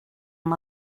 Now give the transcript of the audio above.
amb